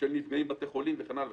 של נפגעים בבתי חולים וכן הלאה.